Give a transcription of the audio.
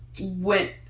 went